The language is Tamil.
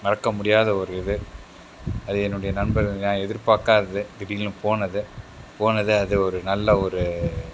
மறக்க முடியாத ஒரு இது அது என்னுடைய நண்பர் நான் எதிர்பார்க்காதது திடீர்னு போனது போனது அது ஒரு நல்ல